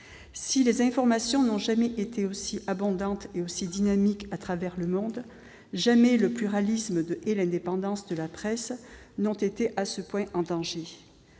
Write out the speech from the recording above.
Si les informations n'ont jamais été aussi abondantes et dynamiques à travers le monde, jamais non plus le pluralisme et l'indépendance de la presse n'ont été à ce point en danger